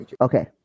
okay